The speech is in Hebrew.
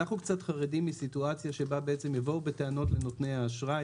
אנחנו חרדים ממצב שבו יבואו בטענות לנותני האשראי